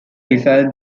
result